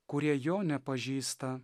kurie jo nepažįsta